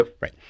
right